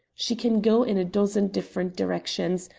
she can go in a dozen different directions.